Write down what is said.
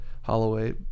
Holloway